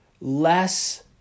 less